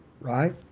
right